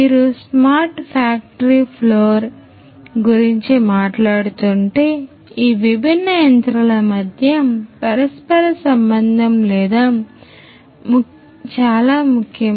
మీరు smart factory floor గురించి మాట్లాడుతుంటే ఈ విభిన్న యంత్రాల మధ్య పరస్పర సంబంధం చాలా ముఖ్యం